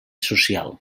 social